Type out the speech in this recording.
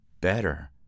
better